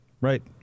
Right